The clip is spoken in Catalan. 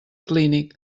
clínic